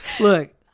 Look